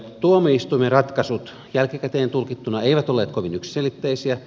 tuomioistuimen ratkaisut jälkikäteen tulkittuina eivät olleet kovin yksiselitteisiä